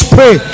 Pray